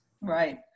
Right